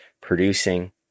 producing